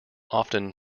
often